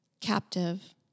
Captive